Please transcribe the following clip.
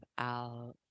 out